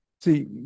See